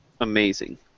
amazing